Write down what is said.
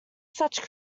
such